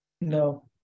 No